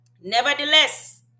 nevertheless